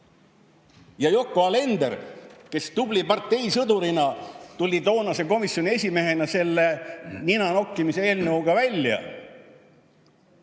Ja Yoko Alender, kes tubli parteisõdurina tuli toonase komisjoni esimehena selle ninanokkimisega eelnõuga välja,